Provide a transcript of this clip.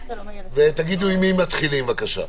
ההסתייגויות ותגידו עם מי מתחילים, בבקשה.